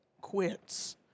quits